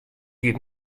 giet